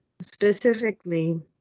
Specifically